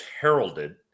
heralded